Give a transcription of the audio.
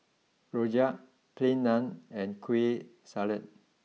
Rojak Plain Naan and Kueh salat